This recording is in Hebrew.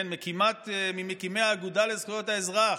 ממקימי האגודה לזכויות האזרח,